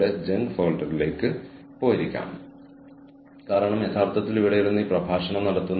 washing machine ഉപയോഗിക്കുന്ന ആർക്കും dryer ഉപയോഗിക്കാം കാരണം ഈ രണ്ട് കാര്യങ്ങളും കൈകോർത്ത്പോകുന്നു